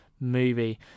movie